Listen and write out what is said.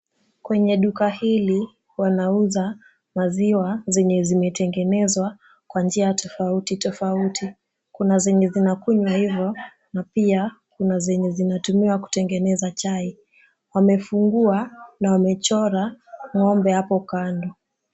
Kwenye duka hili wanauza maziwa zenye zimetengenezwa kwa njia tofauti tofauti. Kuna zenye zinakunywa hivo na pia kuna zenye zinatumiwa kutengeneza chai. Wamefungua na wemechora ng'ombe hapo kando.